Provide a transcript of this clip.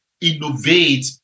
innovate